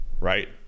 right